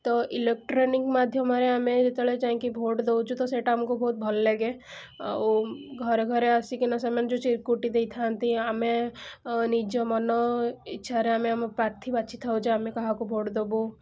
ତ ଇଲେକଟ୍ରନିକ୍ସ୍ ମାଧ୍ୟମରେ ଆମେ ଯେତେବେଳେ ଯାଇକି ଭୋଟ୍ ଦେଉଛୁ ତ ସେଇଟା ଆମକୁ ବହୁତ ଭଲ ଲାଗେ ଆଉ ଘରେ ଘରେ ଆସିକିନା ସେମାନେ ଚିରୁକୁଟି ଦେଇଥାନ୍ତି ଆମେ ନିଜ ମନ ଇଚ୍ଛାରେ ଆମେ ଆମ ପ୍ରାର୍ଥୀ ବାଛିଥାଉ ଯେ ଆମେ କାହାକୁ ଭୋଟ୍ ଦେବୁ